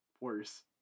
Worse